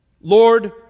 Lord